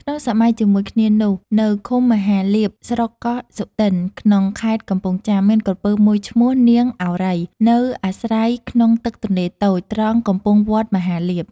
ក្នុងសម័យជាមួយគ្នានោះ នៅឃុំមហាលាភ ស្រុកកោះសុទិន ក្នុងខេត្តកំពង់ចាម មានក្រពើមួយឈ្មោះ " នាងឱរ៉ៃ " នៅអាស្រ័យក្នុងទឹកទន្លេតូច ត្រង់កំពង់វត្តមហាលាភ។